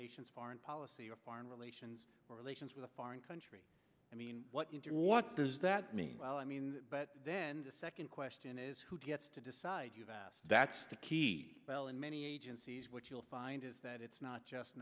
nation's foreign policy or foreign relations or relations with a foreign country i mean what you do what does that mean well i mean but then the second question is who gets to decide that's the key bell and many agencies what you'll find is that it's not just